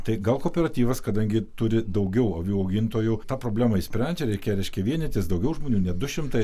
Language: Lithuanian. tai gal kooperatyvas kadangi turi daugiau avių augintojų tą problemą išsprendžia reikia reiškia vienytis daugiau žmonių ne du šimtai